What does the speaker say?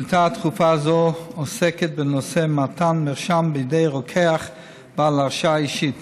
שאילתה דחופה זו עוסקת בנושא מתן מרשם בידי רוקח בעל הרשאה אישית.